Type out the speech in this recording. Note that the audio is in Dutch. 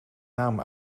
naam